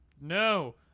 No